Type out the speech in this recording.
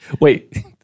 Wait